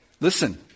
Listen